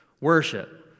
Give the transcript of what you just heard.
worship